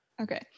Okay